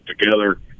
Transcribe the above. together